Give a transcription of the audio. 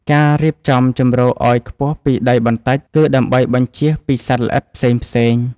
ការរៀបចំជម្រកឱ្យខ្ពស់ពីដីបន្តិច គឺដើម្បីបញ្ចៀសពីសត្វល្អិតផ្សេងៗ។